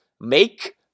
make